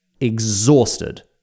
exhausted